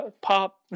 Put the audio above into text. pop